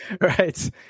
Right